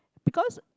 because